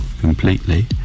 completely